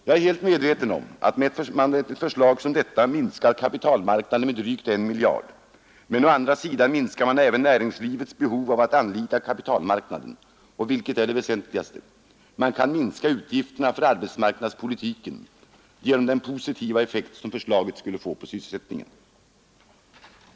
Jag är helt medveten om att man med ett förslag som detta minskar kapitalmarknaden med drygt 1 miljard, men å andra sidan minskar man även näringslivets behov av att anlita kapitalmarknaden och — vilket är det väsentligaste — man kan minska utgifterna för arbetsmarknadspolitiken genom den positiva effekt som förslaget skulle få på sysselsättningen.